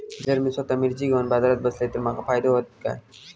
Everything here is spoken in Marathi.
जर मी स्वतः मिर्ची घेवून बाजारात बसलय तर माका फायदो होयत काय?